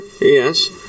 Yes